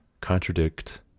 contradict